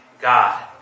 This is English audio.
God